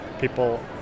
people